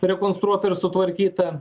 rekonstruotąiar sutvarkytą